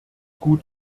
gut